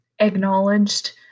acknowledged